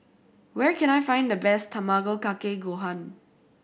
where can I find the best Tamago Kake Gohan